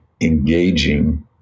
engaging